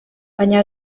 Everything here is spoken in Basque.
baina